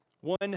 One